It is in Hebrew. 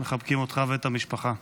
מחבקים אותך ואת המשפחה.